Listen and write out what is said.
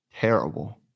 Terrible